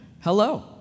Hello